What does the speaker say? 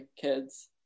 kids